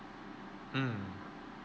mm